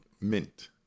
Mint